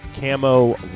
camo